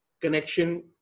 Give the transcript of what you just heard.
connection